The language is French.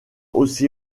aussi